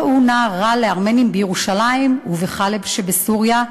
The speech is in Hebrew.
לא אונה רע לארמנים בירושלים ובחאלב שבסוריה,